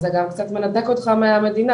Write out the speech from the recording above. זה גם קצת ניתק אותנו מהמדינה,